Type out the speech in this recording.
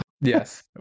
yes